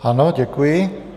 Ano, děkuji.